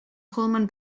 pullman